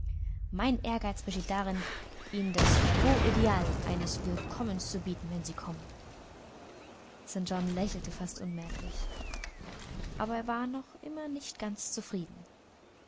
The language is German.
mein ehrgeiz besteht darin ihnen das beau ideal eines willkommens zu bieten wenn sie kommen st john lächelte fast unmerklich aber er war noch immer nicht ganz zufrieden